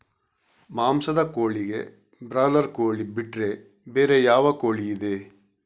ಮಾಂಸದ ಕೋಳಿಗೆ ಬ್ರಾಲರ್ ಕೋಳಿ ಬಿಟ್ರೆ ಬೇರೆ ಯಾವ ಕೋಳಿಯಿದೆ?